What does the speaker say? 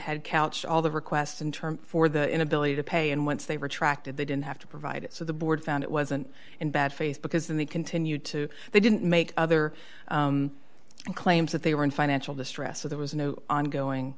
had couch all the request in term for the inability to pay and once they retracted they didn't have to provide it so the board found it wasn't in bad faith because they continued to they didn't make other claims that they were in financial distress so there was no ongoing